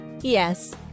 Yes